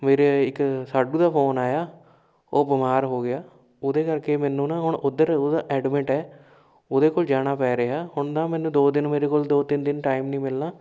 ਮੇਰੇ ਇੱਕ ਸਾਢੂ ਦਾ ਫੋਨ ਆਇਆ ਉਹ ਬਿਮਾਰ ਹੋ ਗਿਆ ਉਹਦੇ ਕਰਕੇ ਮੈਨੂੰ ਨਾ ਹੁਣ ਉਧਰ ਉਹਦਾ ਐਡਮਿਟ ਹੈ ਉਹਦੇ ਕੋਲ ਜਾਣਾ ਪੈ ਰਿਹਾ ਹੁਣ ਨਾ ਮੈਨੂੰ ਦੋ ਦਿਨ ਮੇਰੇ ਕੋਲ ਦੋ ਤਿੰਨ ਦਿਨ ਟਾਇਮ ਨਹੀਂ ਮਿਲਣਾ